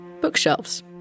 bookshelves